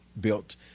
built